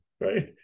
right